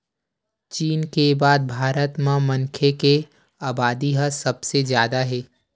चीन के बाद भारत म मनखे के अबादी ह सबले जादा हे